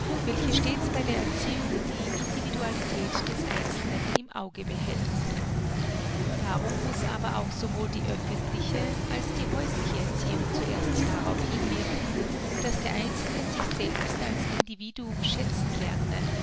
welche stets bei der erziehung die individualität des einzelnen im auge behält darum muß aber auch sowohl die öffentliche als die häusliche erziehung zuerst darauf hinwirken daß der einzelne sich selbst als individuum schätzen lerne